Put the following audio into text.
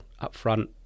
upfront